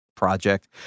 project